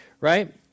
Right